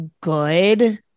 good